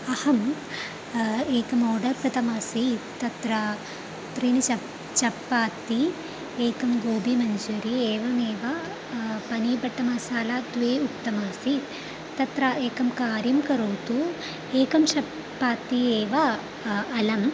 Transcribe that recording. अहम् एकम् आर्डर् कृतमासीत् तत्र त्रीणि चप् चप्पाति एकं गोबीमञ्चूरि एवमेव पनीर् बट्टर् मसाला द्वे उक्तमासीत् तत्र एकं कार्यं करोतु एकं चप्पाति एव अलम्